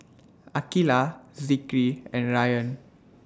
Aqilah Zikri and Ryan